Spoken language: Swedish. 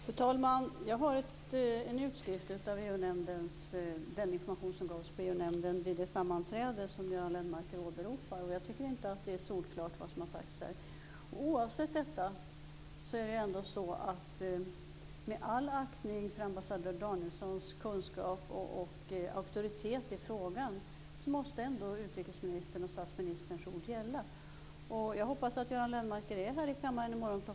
Fru talman! Jag har en utskrift av den information som gavs på det sammanträde i EU-nämnden som Göran Lennmarker åberopar, och jag tycker inte att det är solklart vad som har sagts där. Oavsett detta och med all aktning för ambassadör Danielssons kunskap och auktoritet i frågan måste ändå utrikesministerns och statsministerns ord gälla. Jag hoppas att Göran Lennmarker är här i kammaren i morgon kl.